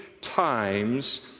times